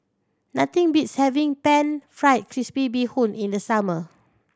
nothing beats having Pan Fried Crispy Bee Hoon in the summer